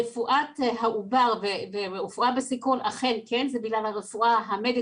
רפואת העובר ורפואה בסיכון אכן כן זה בגלל הרפואה ה ---,